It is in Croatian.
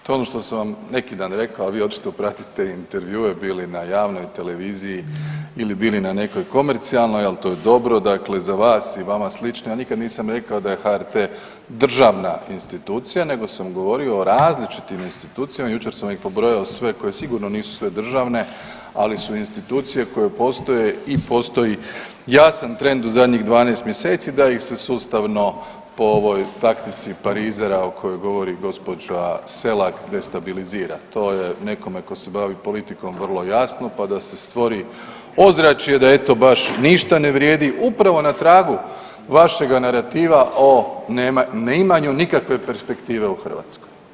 To je ono što sam vam neki dan rekao, a vi očito pratite intervjue bili na javnoj televiziji ili bili na nekoj komercijalnoj, ali to je dobro, dakle za vas i vama slične ja nikad nisam rekao da je HRT državna institucija nego sam govorio o različitim institucijama, jučer sam ih pobrojao sve koje sigurno nisu sve državne, ali su institucije koje postoje i postoji jasan trend u zadnjih 12 mjeseci da ih se sustavno po ovoj taktici parizera o kojoj govori gospođa Selak destabilizira, to je nekome ko se bavi politikom vrlo jasno pa da se stvori ozračje da eto baš ništa ne vrijedi, upravo na tragu vašega narativa o neimanju nikakve perspektive u Hrvatskoj.